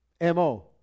MO